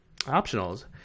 optionals